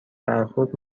برخورد